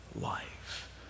life